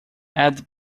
add